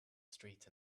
street